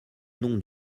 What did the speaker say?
nom